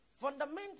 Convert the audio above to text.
fundamentally